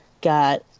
got